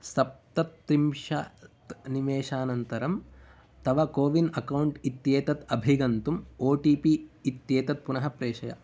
सप्तत्रिंशत् निमेषानन्तरं तव कोविन् अकौण्ट् इत्येतत् अभिगन्तुम् ओ टि पि इत्येतत् पुनः प्रेषय